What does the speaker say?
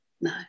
No